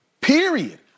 Period